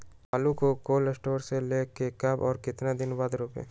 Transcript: आलु को cold store से ले के कब और कितना दिन बाद रोपे?